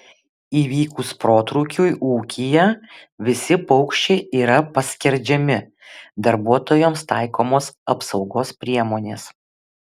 įvykus protrūkiui ūkyje visi paukščiai yra paskerdžiami darbuotojams taikomos apsaugos priemonės